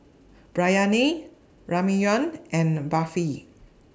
Biryani Ramyeon and Barfi